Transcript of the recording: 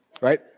right